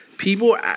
People